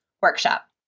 Workshop